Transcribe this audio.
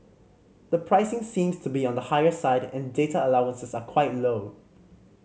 the pricing seems to be on the higher side and data allowances are quite low